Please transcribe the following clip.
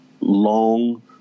long